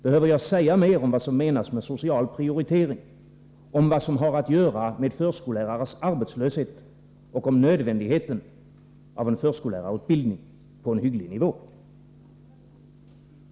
Behöver jag säga mer om vad som menas med social prioritering, med förskollärarnas arbetslöshet och med nödvändigheten av en förskollärarutbildning på en hygglig nivå?